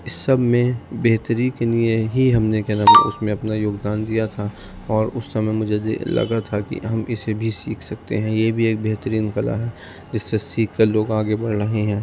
اس سب میں بہتری کے لیے ہی ہم نے کیا نام ہے اس میں اپنا یوگدان دیا تھا اور اس سمئے مجھے لگا تھا کی ہم اسے بھی سیکھ سکتے ہیں یہ بھی ایک بہترین کلا ہے جس سے سیکھ کر لوگ آگے بڑھ رہے ہیں